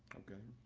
okay.